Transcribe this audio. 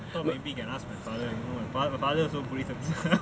thought can ask my father you know my father also police officer